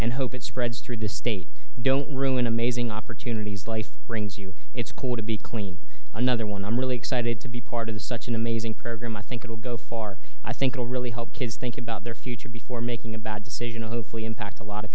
and hope it spreads through the state don't ruin amazing opportunities life brings you it's called to be clean another one i'm really excited to be part of the such an amazing program i think it will go far i think it'll really help kids think about their future before making a bad decision and hopefully impact a lot